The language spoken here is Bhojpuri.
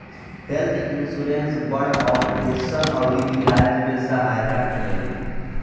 हेल्थ इन्सुरेंस बड़ ऑपरेशन अउरी इलाज में सहायता करेला